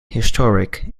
historic